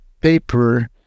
paper